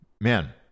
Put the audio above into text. man